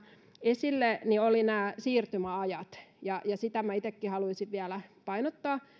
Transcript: esille olivat nämä siirtymäajat ja sitä minä itsekin haluaisin vielä painottaa